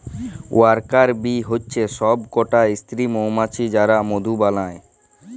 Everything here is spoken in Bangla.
ওয়ার্কার বী হচ্যে সব কটা স্ত্রী মমাছি যারা মধু বালায়